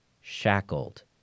shackled